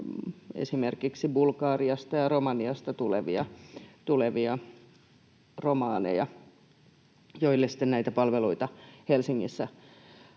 esimerkiksi Bulgariasta ja Romaniasta tulevia romaneja, joille sitten näitä palveluita Helsingissä